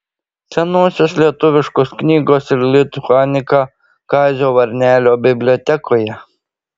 senosios lietuviškos knygos ir lituanika kazio varnelio bibliotekoje